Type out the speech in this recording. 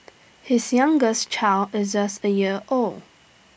his youngest child is just A year old